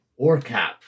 Orcap